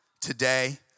Today